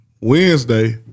Wednesday